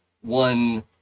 One